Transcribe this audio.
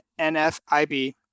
NFIB